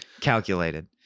calculated